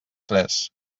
tres